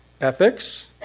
ethics